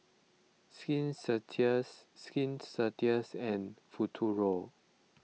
Skin Ceuticals Skin Ceuticals and Futuro